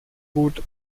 gut